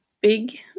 big